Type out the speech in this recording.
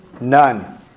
None